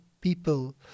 people